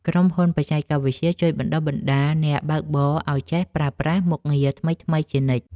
ក្រុមហ៊ុនបច្ចេកវិទ្យាជួយបណ្ដុះបណ្ដាលអ្នកបើកបរឱ្យចេះប្រើប្រាស់មុខងារថ្មីៗជានិច្ច។